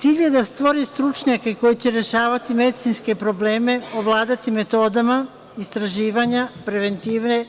Cilj je da stvori stručnjake koji će rešavati medicinske probleme, ovladati metodama istraživanja, preventive,